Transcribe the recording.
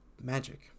magic